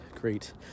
great